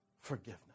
forgiveness